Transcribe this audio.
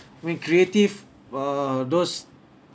when creative err those